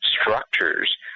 structures